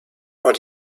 but